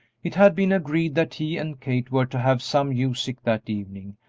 it had been agreed that he and kate were to have some music that evening,